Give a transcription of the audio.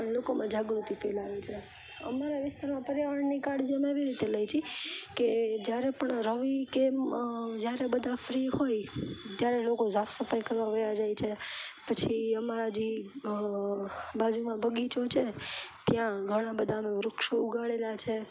અને લોકોમાં જાગૃતિ ફેલાવે છે અમારા વિસ્તારમાં પર્યાવરણની કાળજી અમે એવી રીતે લઈ છીએ કે જ્યારે પણ રવિ એમ કે જ્યારે બધા ફ્રી હોય ત્યારે લોકો સાફ સફાઈ કરવા વયા જાય છે પછી અમારા જે બાજુમાં બગીચો છે ત્યાં ઘણાં બધાં અમે વૃક્ષો ઉગાડેલા છે